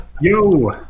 Yo